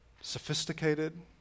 sophisticated